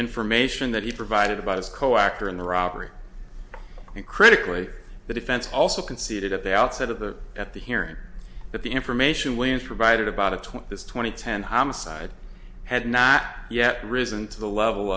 information that he provided about his co actor in the robbery uncritically the defense also conceded at the outset of the at the hearing that the information when provided about of twenty twenty ten homicide had not yet risen to the level